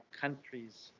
countries